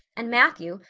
and matthew,